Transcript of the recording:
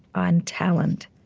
on talent,